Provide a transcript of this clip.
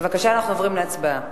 בבקשה, אנחנו עוברים להצבעה.